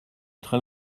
très